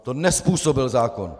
To nezpůsobil zákon.